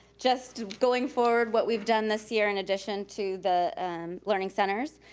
just going forward, what we've done this year in addition to the learning centers,